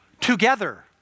together